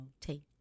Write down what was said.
take